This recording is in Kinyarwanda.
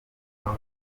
aho